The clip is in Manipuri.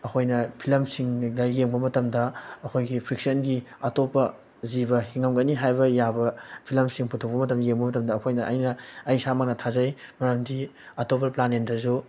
ꯑꯩꯈꯣꯏꯅ ꯐꯤꯂꯝꯁꯤꯡꯗ ꯌꯦꯡꯕ ꯃꯇꯝꯗ ꯑꯩꯈꯣꯏꯒꯤ ꯐꯤꯛꯁꯟꯒꯤ ꯑꯇꯣꯞꯄ ꯖꯤꯕ ꯍꯤꯡꯂꯝꯒꯅꯤ ꯍꯥꯏꯕ ꯌꯥꯕ ꯐꯤꯂꯝꯁꯤꯡ ꯄꯨꯊꯣꯛꯄ ꯃꯇꯝ ꯌꯦꯡꯕ ꯃꯇꯝꯗ ꯑꯩꯈꯣꯏꯅ ꯑꯩꯅ ꯑꯩ ꯏꯁꯥꯃꯛꯅ ꯊꯥꯖꯩ ꯃꯔꯝꯗꯤ ꯑꯇꯣꯞꯄ ꯄ꯭ꯂꯥꯅꯦꯠꯇꯁꯨ